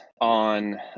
on